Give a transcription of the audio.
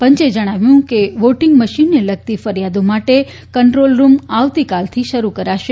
પંચે જણાવ્યું છે કે વોટીંગ મશીનને લગતી ફરિયાદો માટે કંટ્રોલરૂમ આવતીકાલથી શરૂ કરાશે